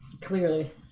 clearly